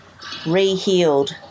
rehealed